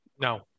No